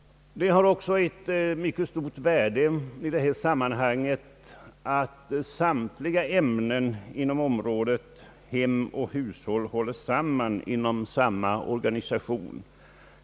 Det har också ett mycket stort värde i detta sammanhang att samtliga ämnen inom området hem och hushåll hålles samman inom samma organisation.